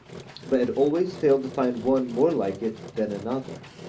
but had always failed to find one more like it than another.